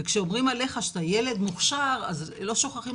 וכשאומרים עליך שאתה ילד מוכשר לא שוכחים